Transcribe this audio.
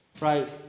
right